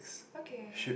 okay